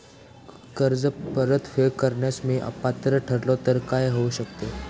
कर्ज परतफेड करण्यास मी अपात्र ठरलो तर काय होऊ शकते?